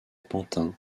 pantin